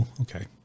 okay